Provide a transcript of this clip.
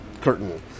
curtain